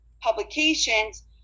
publications